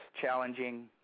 challenging